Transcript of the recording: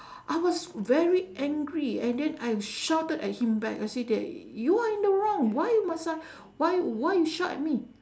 I was very angry and then I shouted at him back I say that you are in the wrong why mu~ uh why why you shout at me